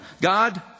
God